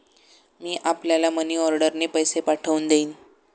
मी आपल्याला मनीऑर्डरने पैसे पाठवून देईन